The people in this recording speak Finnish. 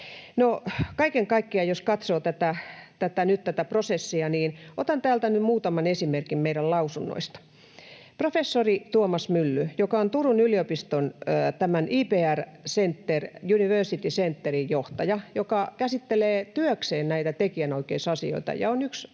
jos katsoo nyt tätä prosessia, niin otan täältä nyt muutaman esimerkin meidän lausunnoista. Professori Tuomas Mylly, joka on Turun yliopiston IPR University Centerin johtaja, käsittelee työkseen näitä tekijänoikeusasioita ja on yksi